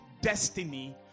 destiny